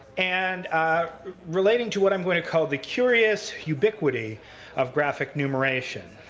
and relating to what i'm going to call the curious ubiquity of graphic numeration.